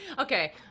okay